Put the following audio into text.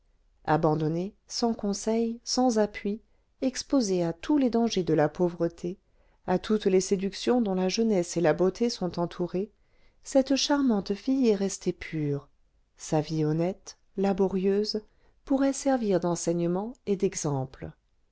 abandonnée sans conseils sans appui exposée à tous les dangers de la pauvreté à toutes les séductions dont la jeunesse et la beauté sont entourées cette charmante fille est restée pure sa vie honnête laborieuse pourrait servir d'enseignement et d'exemple